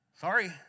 Sorry